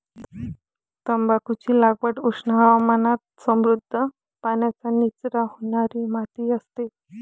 तंबाखूची लागवड उष्ण हवामानात समृद्ध, पाण्याचा निचरा होणारी माती असते